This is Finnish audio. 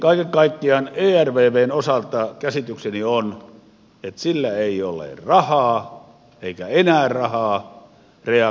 kaiken kaikkiaan ervvn osalta käsitykseni on että sillä ei ole rahaa eikä enää rahaa reagoida